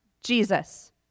Jesus